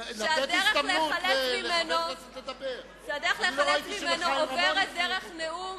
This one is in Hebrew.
שהדרך להיחלץ ממנו עוברת דרך נאום